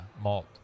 malt